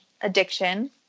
addiction